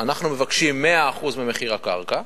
אנחנו מבקשים 100% מחיר הקרקע,